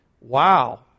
wow